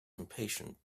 impatient